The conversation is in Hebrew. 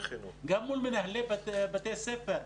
גם מול מנהלי בתי הספר,